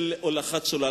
של הולכת שולל.